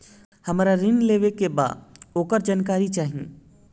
हमरा ऋण लेवे के बा वोकर जानकारी चाही